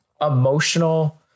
emotional